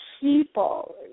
people